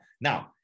Now